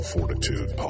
Fortitude